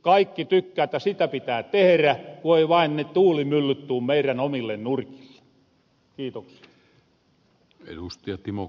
kaikki tykkää että sitä pitää tehrä ku ei vain ne tuulimyllyt tuu meirän omille nurkille